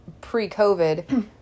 pre-covid